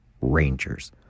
Rangers